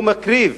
הוא מקריב